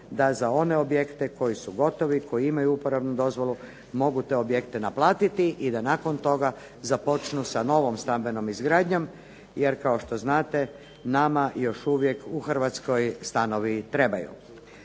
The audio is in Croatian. da za one objekte koji su gotovi, koji imaju uporabnu dozvolu mogu te objekte naplatiti i da nakon toga započnu sa novom stambenom izgradnjom, jer kao što znate nama još uvijek u Hrvatskoj stanovi trebaju.